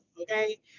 okay